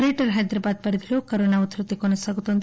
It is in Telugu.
గ్రేటర్ హైదరాబాద్ పరిధిలో కరోనా ఉధృతి కొనసాగుతోంది